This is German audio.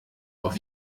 auf